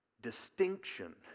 distinction